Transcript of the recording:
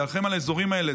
להילחם על האזורים האלה.